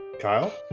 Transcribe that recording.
Kyle